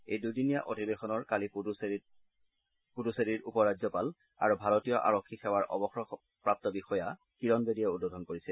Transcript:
এই দুদিনীয়া অধিৱেশনৰ কালি পুডুচেৰীৰ উপ ৰাজ্যপাল আৰু ভাৰতীয় আৰক্ষী সেৱাৰ অৱসৰপ্ৰাপ্ত বিষয়া কিৰণ বেদীয়ে উদ্বোধন কৰিছিল